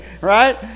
right